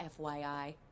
FYI